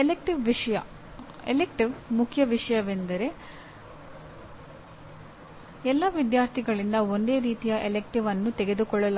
ಇದನ್ನು ನಾವು outcome based education ಹೊಂದುವ ಈ ನಿರ್ದಿಷ್ಟ